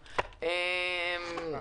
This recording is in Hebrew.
מילואים.